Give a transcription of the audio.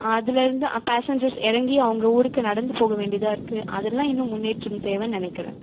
அதுலேருந்து பாஸன்ஜர்ஸ் இறங்கி அவங்க ஊருக்கு நடந்து போக வேண்டியதாக இருக்கு அதெல்லாம் இன்னும் முன்னேற்றம் தேவைன்னு நினைக்கிறேன்